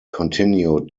continued